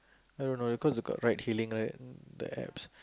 I don't know because it got write Hailing right the apps